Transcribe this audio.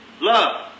Love